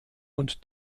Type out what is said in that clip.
und